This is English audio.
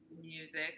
music